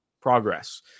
progress